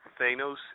Thanos